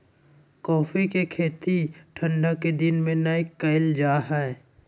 coffee के खेती ठंढा के दिन में नै कइल जा हइ